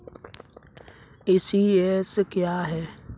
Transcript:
ECS क्या है?